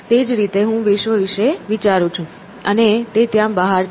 તે જ રીતે હું વિશ્વ વિશે વિચારું છું અને તે ત્યાં બહાર છે